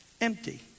empty